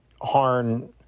harn